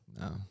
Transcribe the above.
No